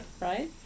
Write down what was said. Right